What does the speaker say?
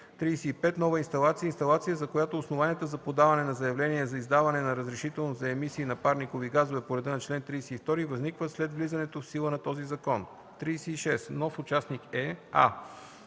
35. „Нова инсталация” е инсталация, за която основанията за подаване на заявление за издаване на разрешително за емисии на парникови газове по реда на чл. 32 възникват след влизането в сила на този закон. 36. „Нов участник” е: